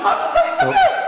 תודה רבה.